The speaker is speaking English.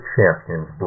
Champions